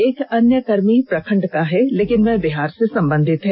एक अन्य कर्मी प्रखंड का है लेकिन वह बिहार से संबंधित है